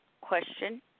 question